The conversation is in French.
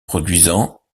produisant